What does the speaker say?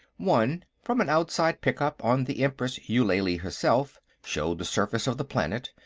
one, from an outside pickup on the empress eulalie herself, showed the surface of the planet,